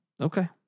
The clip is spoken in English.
Okay